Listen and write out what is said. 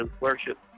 worship